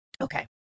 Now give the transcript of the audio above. Okay